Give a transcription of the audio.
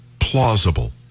plausible